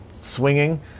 swinging